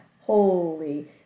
Holy